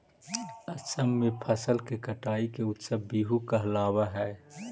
असम में फसल के कटाई के उत्सव बीहू कहलावऽ हइ